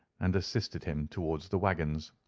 and assisted him towards the waggons.